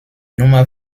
nummer